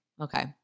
Okay